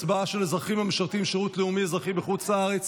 הצבעה של אזרחים המשרתים שירות לאומי-אזרחי בחוץ לארץ),